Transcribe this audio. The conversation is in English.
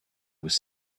was